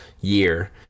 year